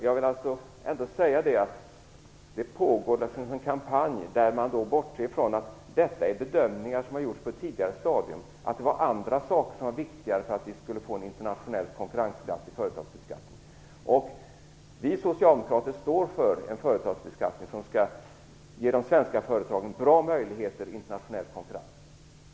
Jag vill ändå säga att det pågår en kampanj där man bortser från att det här är bedömningar som har gjorts på ett tidigare stadium. Det ansågs då att det var andra åtgärder som var viktigare för att vi skulle få en internationellt konkurrenskraftig företagsbeskattning. Vi socialdemokrater står för en företagsbeskattning som skall ge de svenska företagen bra möjligheter i en internationell konkurrens.